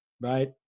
right